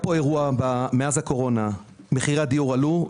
מאז הקורונה מחירי הדיור עלו.